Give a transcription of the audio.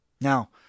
Now